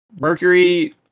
mercury